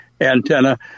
antenna